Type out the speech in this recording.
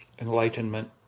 Enlightenment